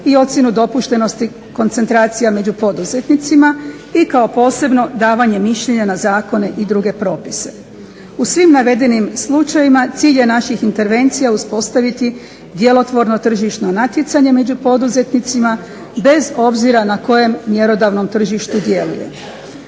i ocjenu dopuštenosti koncentracija među poduzetnicima, i kao posebno davanje mišljenja na zakone i druge propise. U svim navedenim slučajevima cilj je naših intervencija uspostaviti djelotvorno tržišno natjecanje među poduzetnicima, bez obzira na kojem mjerodavnom tržištu djeluje.